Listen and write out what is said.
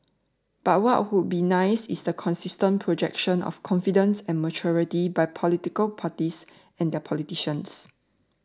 but what would be nice is the consistent projection of confidence and maturity by political parties and their politicians